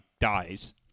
dies